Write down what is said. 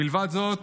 מלבד זאת,